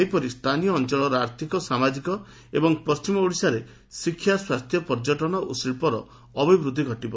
ସେହିପରି ସ୍ଥାନୀୟ ଅଞ୍ଞଳର ଆର୍ଥିକ ସାମାଜିକ ଏବଂ ପଣ୍ଟିମ ଓଡ଼ିଶାରେ ଶିକ୍ଷା ସ୍ୱାସ୍ସ୍ୟ ପର୍ଯ୍ୟଟନ ଓ ଶିଚ୍ଚର ଅଭିବୃଦ୍ଧି ଘଟିବ